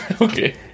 okay